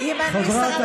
מותר לאיים על החיים שלי?